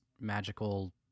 magical